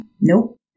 Nope